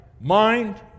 mind